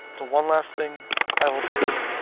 the one last thing i will do,